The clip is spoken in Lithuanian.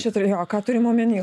čia turėjo ką turima omeny